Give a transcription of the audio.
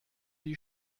die